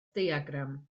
diagram